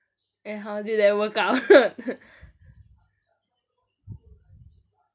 and how did that work out